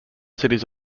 cities